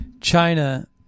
China